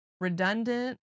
redundant